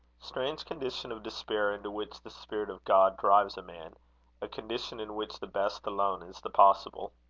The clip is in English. strange condition of despair into which the spirit of god drives a man condition in which the best alone is the possible!